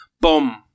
boom